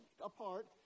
apart